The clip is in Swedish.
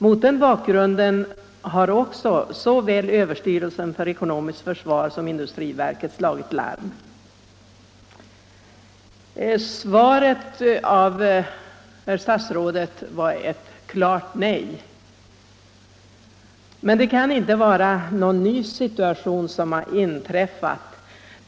Mot den bakgrunden har också såväl överstyrelsen för ekonomiskt försvar som industriverket slagit larm. Svaret av herr statsrådet var ett klart nej. Men det kan inte vara någon ny situation som har inträffat.